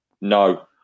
No